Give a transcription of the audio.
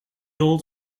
old